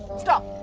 stop.